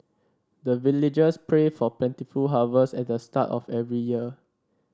the villagers pray for plentiful harvest at the start of every year